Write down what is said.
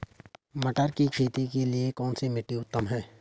मटर की खेती के लिए कौन सी मिट्टी उत्तम है?